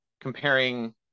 comparing